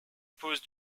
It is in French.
pose